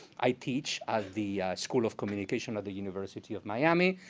i teach at the school of communication at the university of miami.